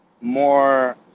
more